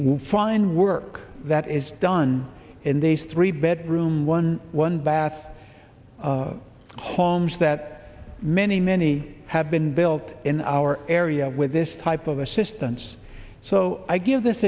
well fine work that is done in these three bedroom one one bath homes that many many have been built in our area with this type of assistance so i give this